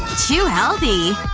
too healthy.